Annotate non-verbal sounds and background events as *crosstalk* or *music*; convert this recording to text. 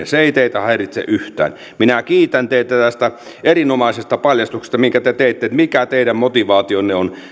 *unintelligible* se ei teitä häiritse yhtään minä kiitän teitä tästä erinomaisesta paljastuksesta minkä te teitte siitä mikä teidän motivaationne on